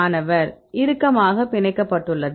மாணவர் இறுக்கமாக பிணைக்கப்பட்டுள்ளது